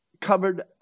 covered